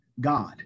God